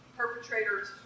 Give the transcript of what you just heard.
perpetrators